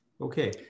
Okay